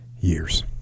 years